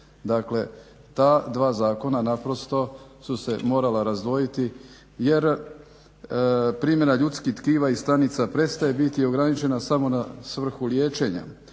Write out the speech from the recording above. Dakle, ta dva zakona naprosto su se morala razdvojiti jer primjena ljudskih tkiva i stanica prestaje biti ograničena samo na svrhu liječenja.